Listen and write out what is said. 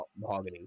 mahogany